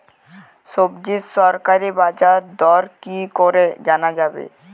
সবজির সরকারি বাজার দর কি করে জানা যাবে?